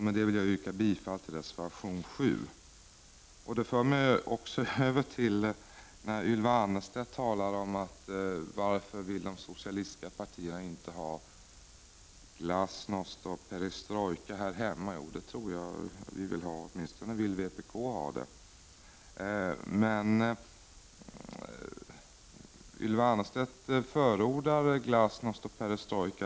Med detta yrkar jag bifall till reservation 7. Ylva Annerstedt undrar varför de socialistiska partierna inte vill ha glasnost och perestrojka här hemma. Jo, det tror jag att man vill ha — åtminstone vill vi i vpk ha det. Ylva Annerstedt förordar glasnost och perestrojka.